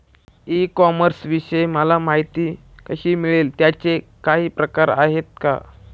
E कॉमर्सविषयी मला माहिती कशी मिळेल? त्याचे काही प्रकार आहेत का?